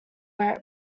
where